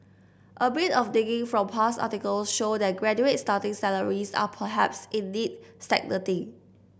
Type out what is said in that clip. a bit of digging from past articles show that graduate starting salaries are perhaps indeed stagnating